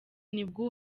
nibwo